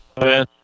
Man